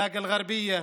באקה אל-גרבייה,